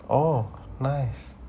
oh nice